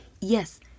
yes